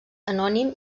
anònim